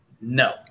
No